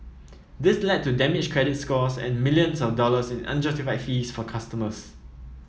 this led to damaged credit scores and millions of dollars in unjustified fees for customers